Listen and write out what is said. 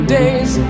days